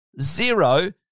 zero